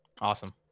Awesome